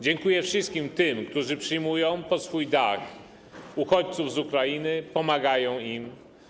Dziękuję wszystkim tym, którzy przyjmują pod swój dach uchodźców z Ukrainy, pomagają im.